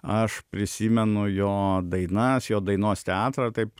aš prisimenu jo dainas jo dainos teatrą taip